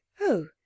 Oh